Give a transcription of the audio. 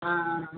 ஆ ஆ ஆ